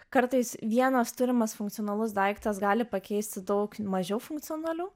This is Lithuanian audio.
kartais vienas turimas funkcionalus daiktas gali pakeisti daug mažiau funkcionalių